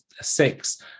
six